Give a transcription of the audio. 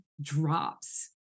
drops